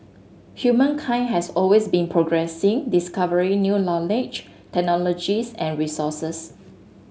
humankind has always been progressing discovering new knowledge technologies and resources